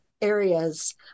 areas